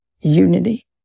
unity